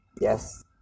Yes